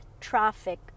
traffic